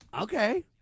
Okay